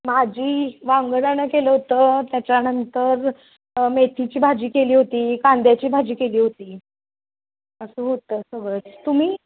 भाजी वांगराणं केलं होतं त्याच्यानंतर मेथीची भाजी केली होती कांद्याची भाजी केली होती असं होतं सगळंच तुम्ही